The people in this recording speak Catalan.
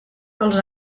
els